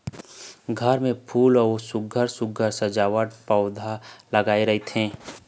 घर म फूल अउ सुग्घर सुघ्घर सजावटी पउधा लगाए रहिथे